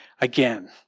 again